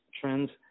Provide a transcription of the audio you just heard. trends